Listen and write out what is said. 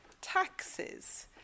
taxes